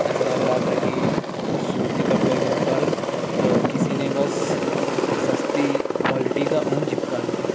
ایسا لگ رہا تھا کہ سوتی کپڑے کے اوپر کسی نے بس سستی کوالٹی کا اون چپکا دیا ہے